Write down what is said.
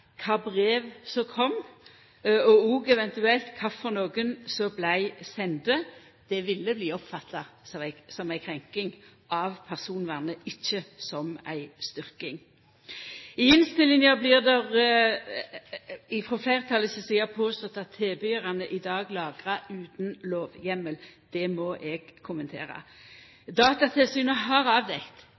kva for brev som kom, og òg eventuelt kva for nokre som vart sende, ville det bli oppfatta som ei krenking av personvernet, ikkje som ei styrking. I innstillinga blir det frå fleirtalet si side påstått at tilbydarane i dag lagrar utan lovheimel. Det må eg kommentera. Datatilsynet har avdekt